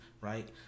Right